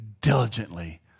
diligently